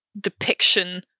depiction